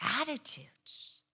attitudes